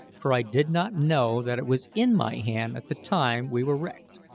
for i did not know that it was in my hand at the time we were wrecked.